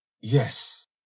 Yes